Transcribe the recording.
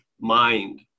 mind